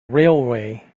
railway